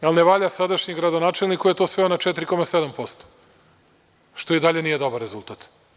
Jel ne valja sadašnji gradonačelnik koji je sveo na 4,7%, što i dalje nije dobar rezultat?